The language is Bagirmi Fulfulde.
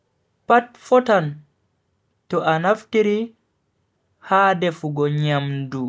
Pat fotan to a naftiri ha defugo nyamdu.